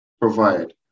provide